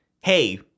hey